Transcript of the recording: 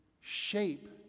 shape